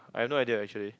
I have no idea actually